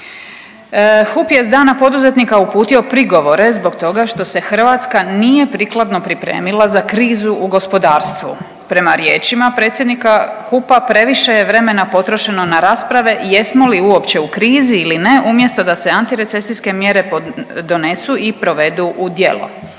HUP je s „Dana poduzetnika“ uputio prigovore zbog toga što se Hrvatska nije priklano pripremila za krizu u gospodarstvu. Prema riječima predsjednika HUP-a previše je vremena potrošeno na rasprave i jesmo li uopće u krizi ili ne umjesto da se antiresecijske mjere donesu i provedu u djelo.